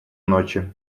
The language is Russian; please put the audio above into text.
ночи